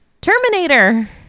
Terminator